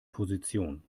position